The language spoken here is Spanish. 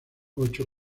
ocho